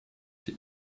die